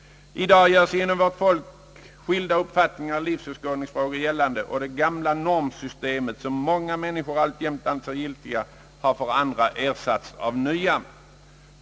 I dag gör sig inom vårt folk skilda uppfattningar i livsåskådningsfrågor gällande, och gamla normsystem, som många människor alltjämt anser giltiga, har för andra ersatts av nya.